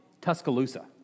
Tuscaloosa